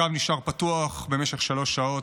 הקו נשאר פתוח במשך שלוש שעות,